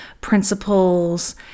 principles